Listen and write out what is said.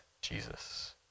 Jesus